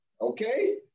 Okay